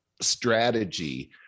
strategy